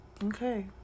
Okay